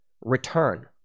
return